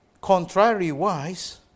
contrary-wise